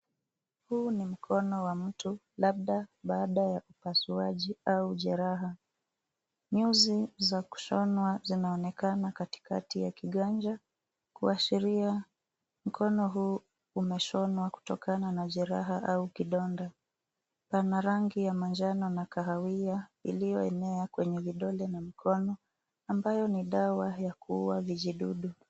Huu ni mkono wa mtu labda baada ya upasuaji au jeraha. Nyuzi za kushonwa zinaonekana katikati ya kiganja kuashiria mkono huu umeshonwa kutokana na jeraha au kidonda. Pana rangi ya manjano na kahawia iliyoenea kwenye vidole na mkono ambayo ni dawa ya kuua vijidudu.